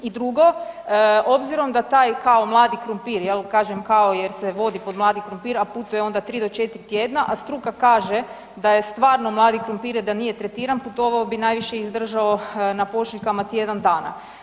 I drugo, obzirom da taj kao mladi krumpir jel, kažem kao jer se vodi pod mladi krumpir, a putuje onda 3 do 4 tjedna, a struka kaže da je stvarno mladi krumpir da nije tretiran putovao bi i najviše izdržao na pošiljkama tjedan dana.